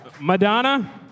Madonna